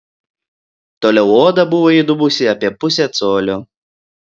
toliau oda buvo įdubusi apie pusę colio